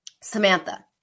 Samantha